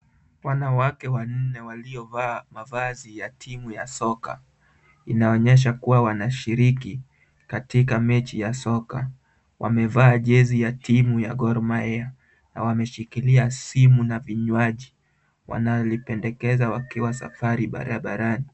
Wanawake wanne waliovaa mavazi ya timu ya soka, inaonyesho wanashiriki katika mechi ya soka. Wamevaa jezi ya timu ya Gor Mahia na wameshikilia simu na vinywaji. Wanalipendekeza wakiwa safari barabarani.